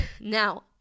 Now